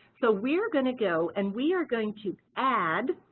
so we're going to go and we are going to add